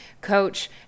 coach